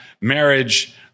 marriage